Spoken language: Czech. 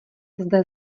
zde